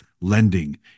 lending